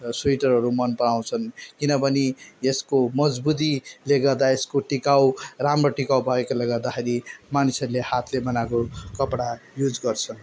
स्वेटरहरू मन पराउँछन् किनभने यसको मजबुतीले गर्दा यसको टिकाउ राम्रो टिकाउ भएकोले गर्दाखेरि मानिसहरूले हातले बनाको कपडा युज गर्छन्